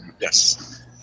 Yes